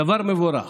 דבר מבורך.